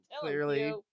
clearly